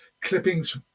clippings